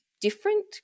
different